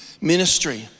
ministry